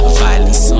violence